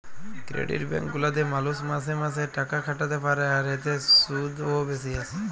credit bank গুলাতে মালুষ মাসে মাসে তাকাখাটাতে পারে, আর এতে শুধ ও বেশি আসে